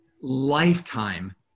lifetime